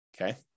okay